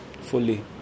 fully